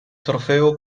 trofeo